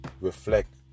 reflect